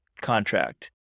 contract